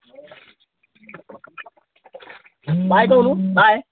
bye କହୁନୁ bye